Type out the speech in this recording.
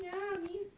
ya mean